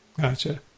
Gotcha